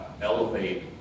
elevate